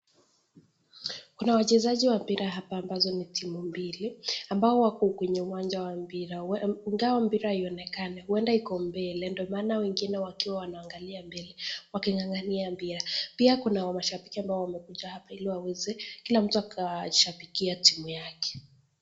Kuna wachezaji wa mpira hapa ambazo ni timu mbili, ambao wako kwenye uwanja wa mpira. Ingawa mpira haionekani, huenda iko mbele, ndio maana wengine wakiwa wanaangalia mbele waking'agania mpira. Pia kuna mashambiki ambao wamekuja hapa ili waweze, kila mtu akashambikia timu yake.